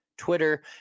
twitter